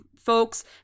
folks